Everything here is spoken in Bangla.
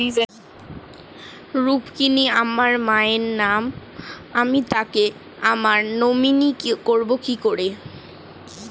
রুক্মিনী আমার মায়ের নাম আমি তাকে আমার নমিনি করবো কি করে?